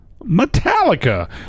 Metallica